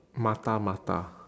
mata mata